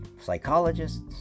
Psychologists